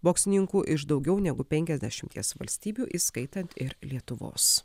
boksininkų iš daugiau negu penkiasdešimties valstybių įskaitant ir lietuvos